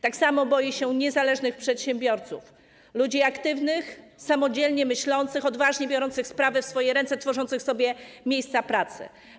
Tak samo boi się niezależnych przedsiębiorców, ludzi aktywnych, samodzielnie myślących, odważnie biorących sprawy w swoje ręce, tworzących sobie miejsca pracy.